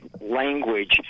language